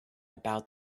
about